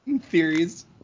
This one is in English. theories